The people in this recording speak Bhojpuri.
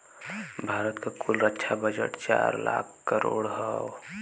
भारत क कुल रक्षा बजट चार लाख करोड़ हौ